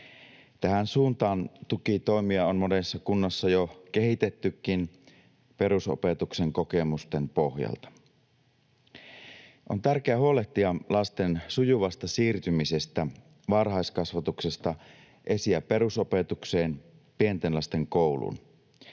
Tähän suuntaan tukitoimia on monessa kunnassa jo kehitettykin perusopetuksen kokemusten pohjalta. On tärkeää huolehtia lasten sujuvasta siirtymisestä varhaiskasvatuksesta esi- ja perusopetukseen pienten lasten kouluun.